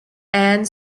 and